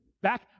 Back